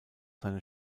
seine